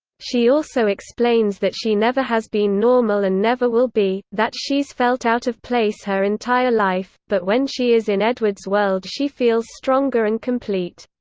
she also explains that she never has been normal and never will be, that she's felt out of place her entire life, but when she is in edward's world she feels stronger and complete.